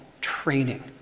training